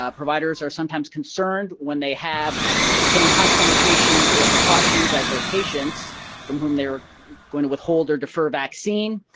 ah providers are sometimes concerned when they have the same contraindications or precautions as their patients from whom they're going to withhold or defer vaccine.